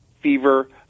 fever